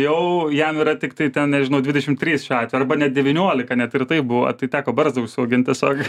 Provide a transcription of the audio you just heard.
jau jam yra tiktai ten nežinau dvidešim trys šiuo atveju arba net devyniolika net ir taip buvo tai teko barzdą užsiaugint tiesiog